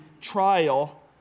trial